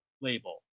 label